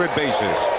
bases